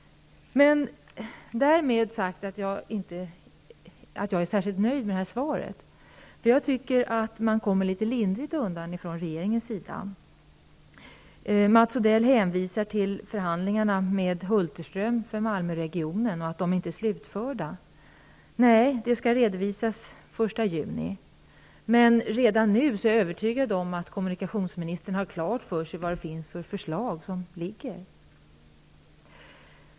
Därmed inte sagt att jag är särskilt nöjd med svaret. Jag tycker att regeringen kommer litet lindrigt undan. Mats Odell hänvisar till förhandlingar med Sven Hulterström om Malmöregionen och att de inte är slutförda. Nej, de skall redovisas den 1 juni. Men redan nu är jag övertygad om att kommunikationsministern har klart för sig vilka förslag som föreligger.